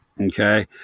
okay